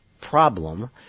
problem